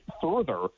further